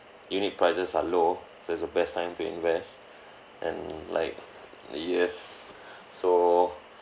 unit prices are low so it's the best time to invest and like the years so